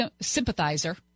sympathizer